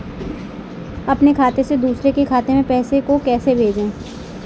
अपने खाते से दूसरे के खाते में पैसे को कैसे भेजे?